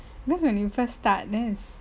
that's when you first start then it's